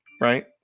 right